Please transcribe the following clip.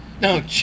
No